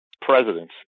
presidents